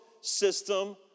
system